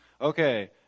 Okay